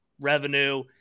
revenue